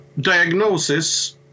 diagnosis